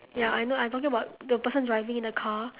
ya I know I talking about the person driving in the car